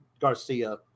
Garcia